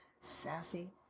Sassy